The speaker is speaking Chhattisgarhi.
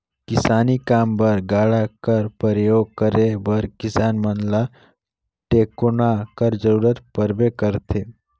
किसानी काम बर गाड़ा कर परियोग करे बर किसान मन ल टेकोना कर जरूरत परबे करथे